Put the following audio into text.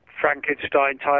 Frankenstein-type